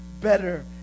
better